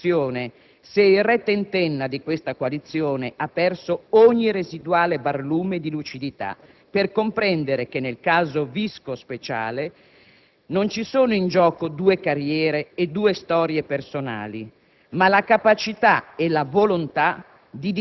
Inutile richiamarsi al 2 giugno e alla Costituzione, se «Il Re tentenna» di questa coalizione ha perso ogni residuale barlume di lucidità per comprendere che nel caso Visco-Speciale non sono in gioco due carriere e due storie personali,